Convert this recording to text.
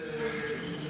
אתה זוכר, כבוד השר?